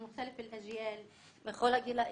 בתוכנית,